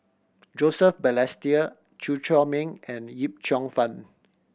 Joseph Balestier Chew Chor Meng and Yip Cheong Fun